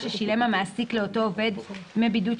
כבוד היושב-ראש,